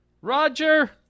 Roger